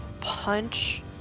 punch